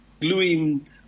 gluing